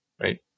right